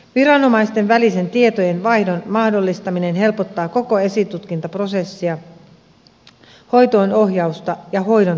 viranomaisten välisen tietojen vaihdon mahdollistaminen helpottaa koko esitutkintaprosessia hoitoonohjausta ja hoidon toteutumista